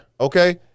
okay